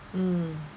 mm